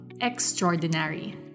extraordinary